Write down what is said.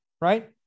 right